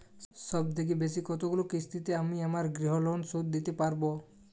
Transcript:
সবথেকে বেশী কতগুলো কিস্তিতে আমি আমার গৃহলোন শোধ দিতে পারব?